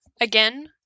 again